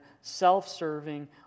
self-serving